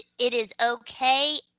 it is okay,